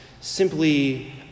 simply